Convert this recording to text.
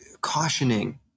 cautioning